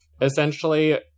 essentially